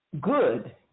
good